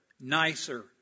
nicer